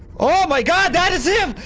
oh my god! that is him!